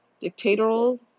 dictatorial